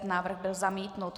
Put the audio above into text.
Návrh byl zamítnut.